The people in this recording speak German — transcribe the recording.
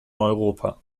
europa